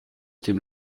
dem